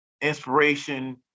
inspiration